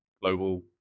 global